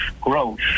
growth